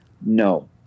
no